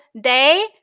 day